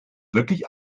wirklich